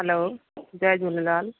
hello जय झूलेलाल